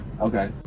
Okay